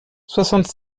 soixante